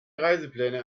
reisepläne